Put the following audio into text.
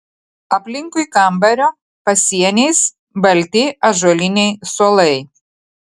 aplinkui kambario pasieniais balti ąžuoliniai suolai